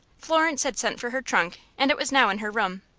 florence had sent for her trunk, and it was now in her room.